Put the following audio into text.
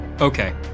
okay